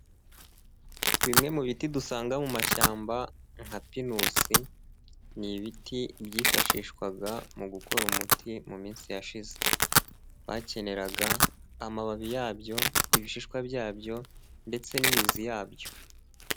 Bimwe mu biti dusanga mu mashyamba nka pinusi ni ibiti byifashishwaga mu gukora umuti mu minsi yashize bakeneraga amababi yabyo, ibishishwa byabyo ndetse n'imizi yabyo.